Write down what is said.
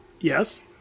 Yes